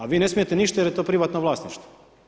A vi ne smijete ništa, jer je to privatno vlasništvo.